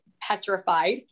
petrified